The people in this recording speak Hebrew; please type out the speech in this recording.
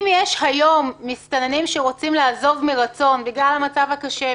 אם יש היום מסתננים שרוצים לעזוב מרצון בגלל המצב הקשה,